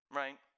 right